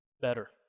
better